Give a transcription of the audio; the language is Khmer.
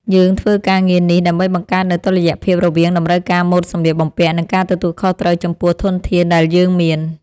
យើងធ្វើការងារនេះដើម្បីបង្កើតនូវតុល្យភាពរវាងតម្រូវការម៉ូដសម្លៀកបំពាក់ និងការទទួលខុសត្រូវចំពោះធនធានដែលយើងមាន។